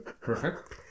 Perfect